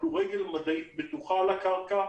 אנחנו רגל מדעית בטוחה על הקרקע.